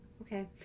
Okay